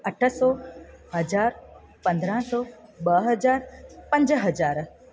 अठ सौ हज़ार पंदरहं सौ ॿ हज़ार पंज हज़ार